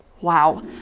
wow